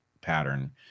pattern